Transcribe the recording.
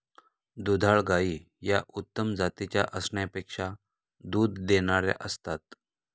दुधाळ गायी या उत्तम जातीच्या असण्यापेक्षा दूध देणाऱ्या असतात